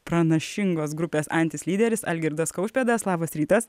pranašingos grupės antis lyderis algirdas kaušpėdas labas rytas